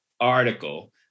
article